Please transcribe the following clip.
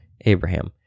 Abraham